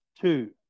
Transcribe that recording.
two